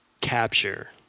capture